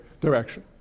direction